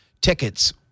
tickets